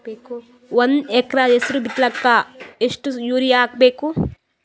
ಒಂದ್ ಎಕರ ಹೆಸರು ಬಿತ್ತಲಿಕ ಎಷ್ಟು ಯೂರಿಯ ಹಾಕಬೇಕು?